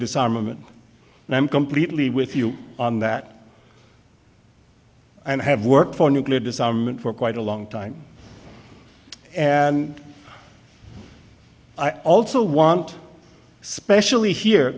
disarmament and i'm completely with you on that and have worked for nuclear disarmament for quite a long time and i also want specially here